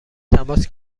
تماس